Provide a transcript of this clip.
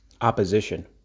opposition